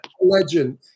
legend